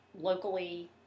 locally